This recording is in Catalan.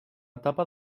etapa